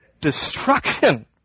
Destruction